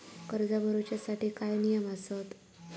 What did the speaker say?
कर्ज भरूच्या साठी काय नियम आसत?